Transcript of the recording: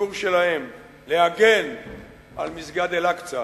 בטלוויזיה לציבור שלהם להגן על מסגד אל-אקצא